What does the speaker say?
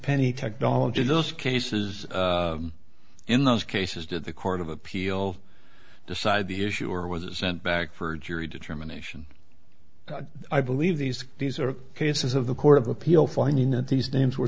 penny technology those cases in those cases did the court of appeal decide the issue or was a sent back for jury determination i believe these these are cases of the court of appeal finding that these names were